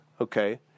Okay